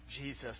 Jesus